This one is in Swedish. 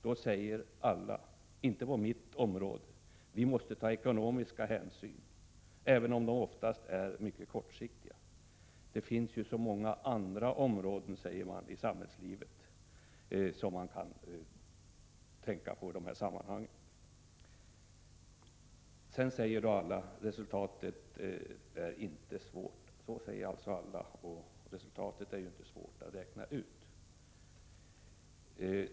Då säger alla: Det går inte på vårt område, för vi måste ta ekonomiska hänsyn — även om dessa oftast är mycket kortsiktiga. Det finns ju så många andra områden inom samhällslivet, säger de, som bör beaktas i dessa sammanhang. Resultatet är inte svårt att räkna ut.